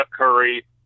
Curry